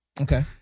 Okay